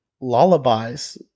lullabies